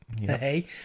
hey